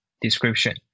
description